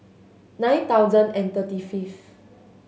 nine thousand and thirty fifth